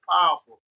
powerful